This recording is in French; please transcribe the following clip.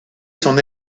son